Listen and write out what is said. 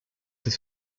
ses